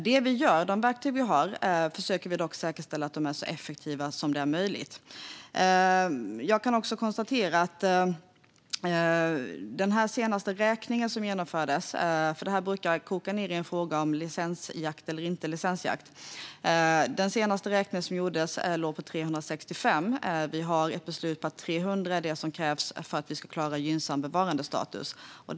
Det vi gör är att försöka säkerställa att de verktyg vi har är så effektiva som möjligt. I den senaste räkning som genomfördes - detta brukar nämligen koka ned till en fråga om licensjakt eller inte licensjakt - låg antalet på 365 djur. Vi har ett beslut om att 300 är det som krävs för att klara gynnsam bevarandestatus.